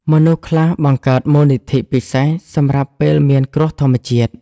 មនុស្សខ្លះបង្កើតមូលនិធិពិសេសសម្រាប់ពេលមានគ្រោះធម្មជាតិ។